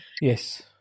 Yes